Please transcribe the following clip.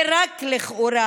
ורק לכאורה,